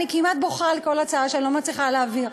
אני כמעט בוכה על כל הצעה שאני לא מצליחה להעביר,